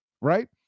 right